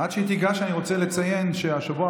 עד שהיא תיגש אני רוצה לציין שהשבוע